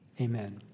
amen